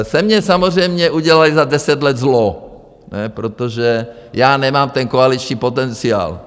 Ze mě samozřejmě udělali za deset let zlo, protože já nemám ten koaliční potenciál.